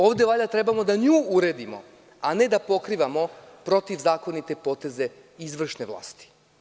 Ovde valjda trebamo da nju uredimo, a ne da pokrivamo protivzakonite poteze izvršne vlasti.